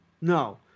no